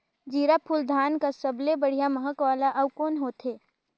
जीराफुल धान कस सबले बढ़िया महक वाला अउ कोन होथै?